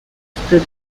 assisted